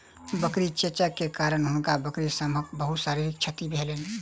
बकरी चेचक के कारण हुनकर बकरी सभक बहुत शारीरिक क्षति भेलैन